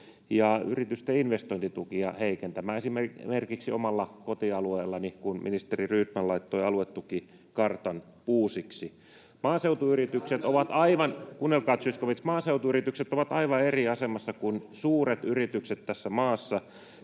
ja yritysten investointitukia heikentämään — esimerkiksi omalla kotialueellani, kun ministeri Rydman laittoi aluetukikartan uusiksi. Maaseutuyritykset ovat aivan... [Ben Zyskowiczin välihuuto]